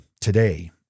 today